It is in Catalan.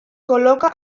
col·loca